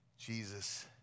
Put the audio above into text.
Jesus